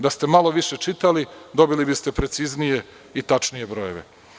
Da ste malo više čitali, dobili biste preciznije i tačnije brojeve.